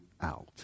out